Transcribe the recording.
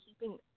keeping